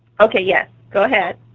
okay, yes. go ahead.